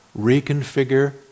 reconfigure